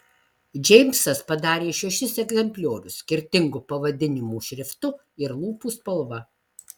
džeimsas padarė šešis egzempliorius skirtingu pavadinimų šriftu ir lūpų spalva